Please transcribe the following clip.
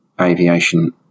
aviation